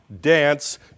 dance